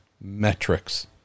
metrics